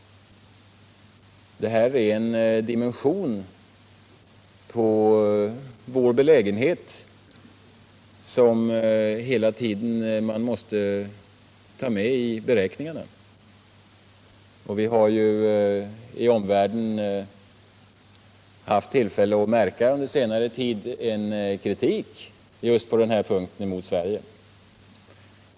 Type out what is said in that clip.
Detta är en dimension i vår belägenhet som man hela tiden måste ta med i beräkningarna. Vi har under senare tid haft tillfälle att i omvärlden märka en kritik mot Sverige på just den här punkten.